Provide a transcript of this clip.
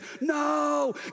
no